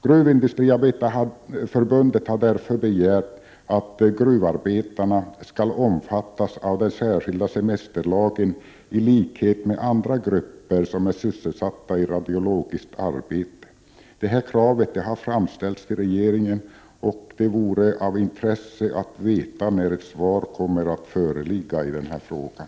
Gruvindustriarbetareförbundet har därför begärt att gruvarbetarna, i likhet med andra grupper som är sysselsatta i radiologiskt arbete, skall omfattas av den särskilda semesterlagen. Det kravet har framställts till regeringen, och det vore av intresse att få veta när ett svar kommer att föreligga i den frågan.